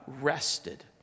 rested